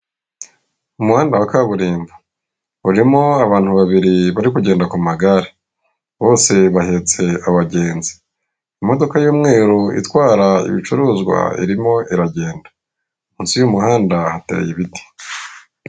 Umuhanda wa kaburimbo urimo abantu babiri bari kugenda ku magare, bose bahetse abagenzi. Imodoka y'umweru itwara ibicuruzwa irimo iragenda, munsi y'umuhanda hateye ibiti.